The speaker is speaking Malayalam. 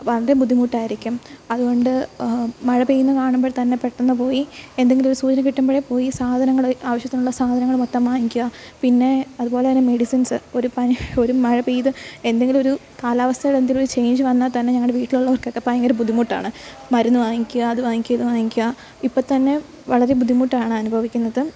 വണ്ടി ബുദ്ധിമുട്ടായിരിക്കും അതുകൊണ്ട് മഴ പെയ്യുന്നത് കാണുമ്പോൾ തന്നെ പെട്ടെന്നു പോയി എന്തെങ്കിലുമൊരു സൂചന കിട്ടുമ്പോഴേ പോയി സാധനങ്ങൾ ആവശ്യത്തിനുള്ള സാധനങ്ങൾ മൊത്തം വാങ്ങിക്കുക പിന്നെ അത് പോലെ തന്നെ മെഡിസിൻസ് ഒരു പനി ഒരു മഴ പെയ്തു എന്തെങ്കിലുമൊരു കാലാവസ്ഥയിൽ എന്തെങ്കിലുമൊരു ചെയ്ഞ്ച് വന്നാൽ തന്നെ ഞങ്ങളുടെ വീട്ടിലുള്ളവർകൊക്കെ ഭയങ്കര ബുദ്ധിമുട്ടാണ് മരുന്ന് വാങ്ങിക്കുക അത് വാങ്ങിക്കുക ഇത് വാങ്ങിക്കുക ഇപ്പം തന്നെ വളരെ ബുദ്ധിമുട്ടാണ് അനുഭവിക്കുന്നത്